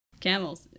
Camels